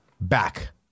Back